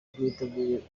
rwiteguye